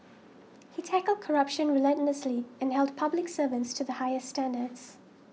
he tackled corruption relentlessly and held public servants to the highest standards